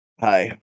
Hi